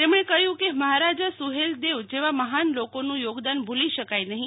તેમણે કહ્યું કે મહારાજા સુહેલદેવ જેવા મહાન લોકોનું યોગદાન ભૂલી શકાય નહીં